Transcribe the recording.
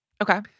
Okay